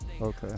Okay